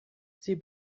sie